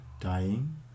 dying